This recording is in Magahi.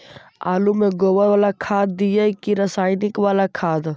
आलु में गोबर बाला खाद दियै कि रसायन बाला खाद?